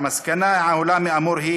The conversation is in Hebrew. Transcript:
"המסקנה העולה מהאמור היא